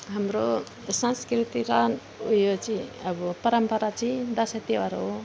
हाम्रो संस्कृति र ऊ यो चाहिँ अब परम्परा चाहिँ दसैँ तिहार हो